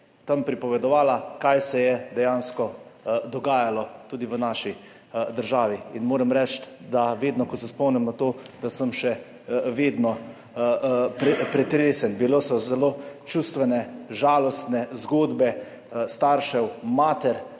tam pripovedovala, kaj se je dejansko dogajalo tudi v naši državi. Moram reči, da ko se spomnim na to, sem še vedno pretresen. Bile so zelo čustvene, žalostne zgodbe staršev, mater